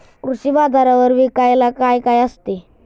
कृषी बाजारावर विकायला काय काय असते?